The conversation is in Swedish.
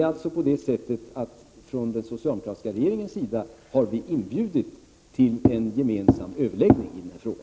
Den socialdemokratiska regeringen har alltså inbjudit till en gemensam överläggning i denna fråga.